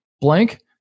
blank